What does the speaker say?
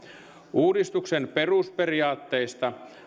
uudistuksen perusperiaatteista